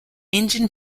engine